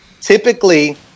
typically